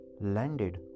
landed